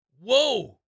whoa